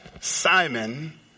Simon